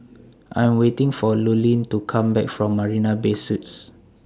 I Am waiting For Lurline to Come Back from Marina Bay Suites